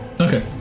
Okay